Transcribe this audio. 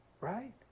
Right